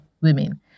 women